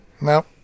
no